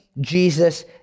Jesus